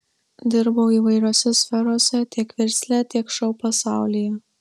dirbau įvairiose sferose tiek versle tiek šou pasaulyje